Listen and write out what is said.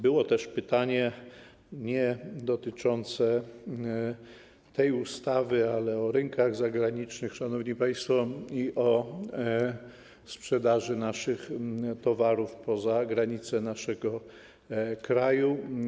Było też pytanie niedotyczące tej ustawy, o rynki zagraniczne, szanowni państwo, i o sprzedaż naszych towarów poza granice naszego kraju.